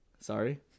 Sorry